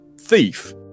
thief